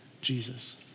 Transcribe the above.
Jesus